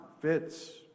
fits